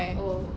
oh